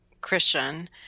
Christian